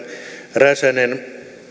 räsänen